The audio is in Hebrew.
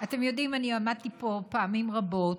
אתם יודעים, אני עמדתי פה פעמים רבות,